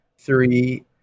Three